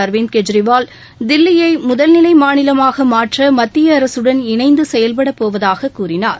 அரவிந்த் கெஜ்ரிவால் தில்லியை முதல்நிலை மாநிலமாக மாற்ற மத்திய அரசுடன் இணைந்து செயல்படபோவதாக கூறினார்